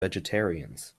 vegetarians